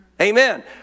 Amen